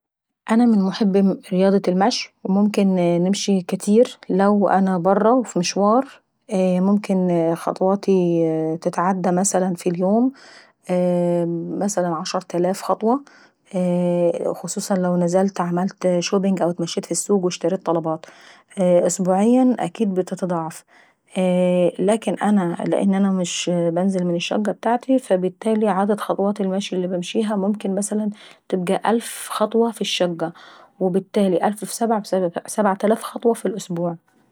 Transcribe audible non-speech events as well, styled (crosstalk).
انا من محبي راضة المشي وممكن نمشي كتير لو انا برة في مشوار. (hesitation) ممكن خطواتي تتعدي مثلا في اليوم مثلا عشرتلاف خطوة خصوصا و نززلت عملت شوبيينج أو اتمشيت في السوق واشتريت طلبات. (hesitation) أسبوعيا اكيد بتتضاعف لكن انا لاني انا مش بنزل من الشقة بتاعتي فالبتالي ممكن عدد خطوات المشي اللي عنمشيها ممكن مثلا تبقى الف خطوة في الشقة وبالتالي الف في صبعة تبقى سبعتلاف خطوة ف الاسبوع.